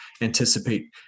anticipate